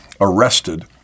arrested